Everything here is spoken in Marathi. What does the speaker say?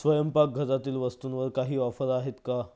स्वयंपाकघरातील वस्तूंवर काही ऑफर आहेत का